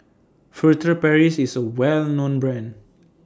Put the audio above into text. Furtere Paris IS A Well known Brand